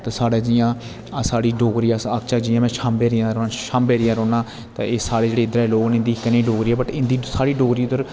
ते साढ़े जियां साढी डोगरी अस आखचे जियां मै शंब एरिया रोहना शाम्ब एरिया रोह्ना ऐ साढ़े जेह्ड़े इदरा लोग न इंदे सारे इक्के जेई डोगरी ऐ पर इंदी साढ़ी डोगरी उदर